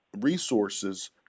resources